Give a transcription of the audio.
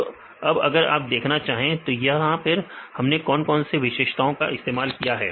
तो अब अगर आप देखना चाहे तो यहां हमने कौन कौन से विशेषताओं का इस्तेमाल किया है